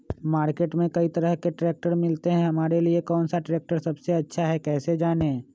Market में कई तरह के ट्रैक्टर मिलते हैं हमारे लिए कौन सा ट्रैक्टर सबसे अच्छा है कैसे जाने?